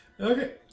Okay